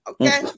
Okay